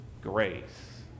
grace